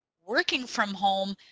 working from home,